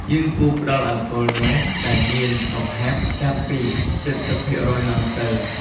យើងគួរផ្តល់អាល់កុលណាដែលមានកំហាប់ចាប់ពី ៧០% ឡើងទៅ។